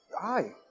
...hi